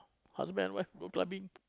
husband and wife go clubbing